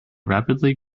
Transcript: rapidly